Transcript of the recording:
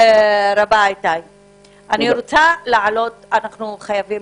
אנחנו חייבים